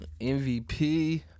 MVP